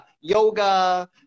yoga